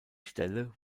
stelle